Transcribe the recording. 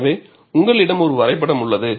எனவே உங்களிடம் ஒரு வரைபடம் உள்ளது